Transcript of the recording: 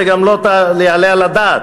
וזה גם לא יעלה על הדעת.